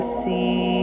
see